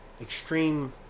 extreme